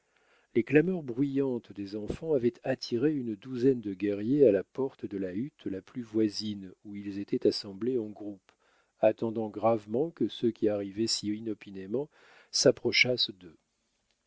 les clameurs bruyantes des enfants avaient attiré une douzaine de guerriers à la porte de la hutte la plus voisine où ils étaient assemblés en groupe attendant gravement que ceux qui arrivaient si inopinément s'approchassent d'eux